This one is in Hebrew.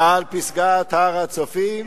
"מעל פסגת הר הצופים